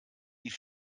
die